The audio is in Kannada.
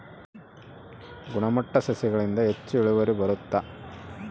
ಗುಣಮಟ್ಟ ಸಸಿಗಳಿಂದ ಹೆಚ್ಚು ಇಳುವರಿ ಬರುತ್ತಾ?